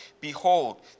Behold